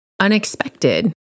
Unexpected